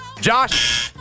Josh